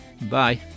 Bye